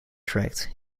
tract